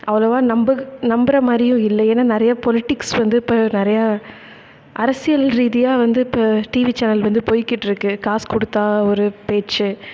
அவ்வளோவா நம்பக நம்புகிற மாதிரியும் இல்லை ஏன்னால் நிறைய பொலிட்டிக்ஸ் வந்து இப்போ நிறையா அரசியல் ரீதியாக வந்து இப்போ டிவி சேனல் வந்து போயிக்கிட்டிருக்கு காசு கொடுத்தா ஒரு பேச்சு